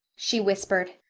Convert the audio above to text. she whispered.